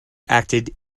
acted